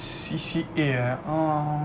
C_C_A